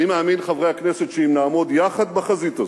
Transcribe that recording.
אני מאמין, חברי הכנסת, שאם נעמוד יחד בחזית הזאת,